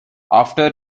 after